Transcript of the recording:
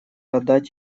отдать